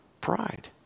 Pride